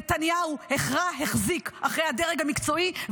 נתניהו החרה החזיק אחרי הדרג המקצועי,